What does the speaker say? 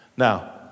Now